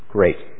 Great